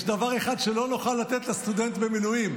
יש דבר אחד שלא נוכל לתת לסטודנט במילואים,